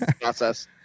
Process